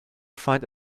find